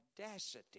audacity